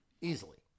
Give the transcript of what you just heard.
Easily